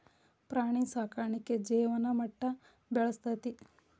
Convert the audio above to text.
ಪ್ರಾಣಿ ಸಾಕಾಣಿಕೆ ಜೇವನ ಮಟ್ಟಾ ಬೆಳಸ್ತತಿ